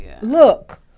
look